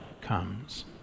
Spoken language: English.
comes